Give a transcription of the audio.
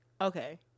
okay